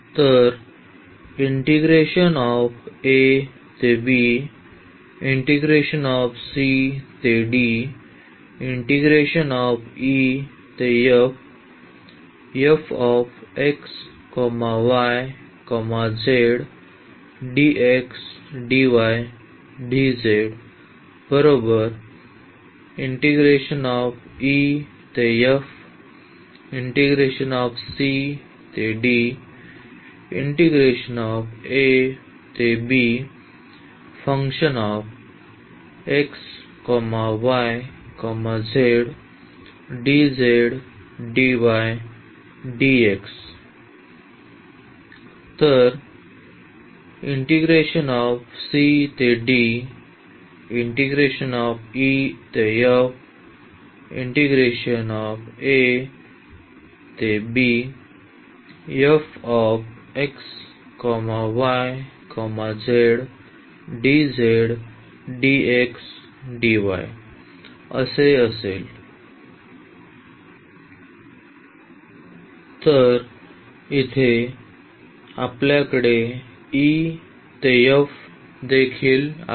तर इथे e ते f तर आपल्याकडे e ते f देखील आहे